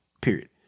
Period